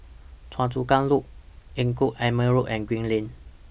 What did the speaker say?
Choa Chu Kang Loop Engku Aman Road and Green Lane